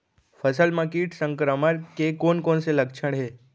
फसल म किट संक्रमण के कोन कोन से लक्षण हे?